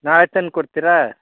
ನಾಳೆ ತಂದು ಕೊಡ್ತೀರಾ